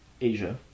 Asia